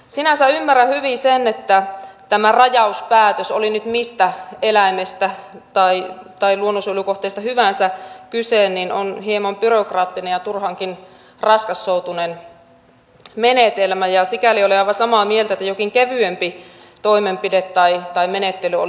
sinänsä ymmärrän hyvin sen että tämä rajauspäätös oli nyt mistä eläimestä tai luonnonsuojelukohteesta hyvänsä kyse on hieman byrokraattinen ja turhankin raskassoutuinen menetelmä ja sikäli olen aivan samaa mieltä että jokin kevyempi toimenpide tai menettely olisi hyvä löytää